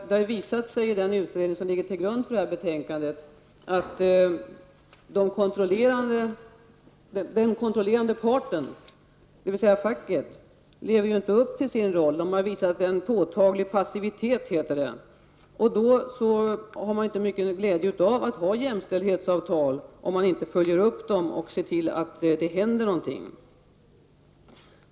Det har visat sig i den utredning som ligger till grund för detta betänkande att den kontrollerade parten, dvs. facket, inte levt upp till sin roll. Facket har visat en påtaglig passivitet, heter det. Då har vi inte så stor glädje av att ha jämställdhetsavtal, om man inte följer upp dem och ser till att det händer någonting.